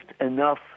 enough